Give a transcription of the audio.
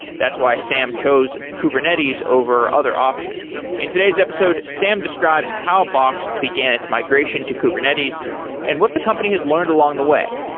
that's why sam chose kubernetes over other options. in today's episode, sam describes how box began its migration to kubernetes and what the company has learned along the way.